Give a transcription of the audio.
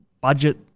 budget